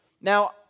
Now